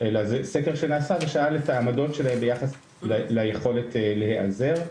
זה סקר שנעשה ושאל את ההעמדות שלהם ביחס ליכולת להיעזר,